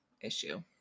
issue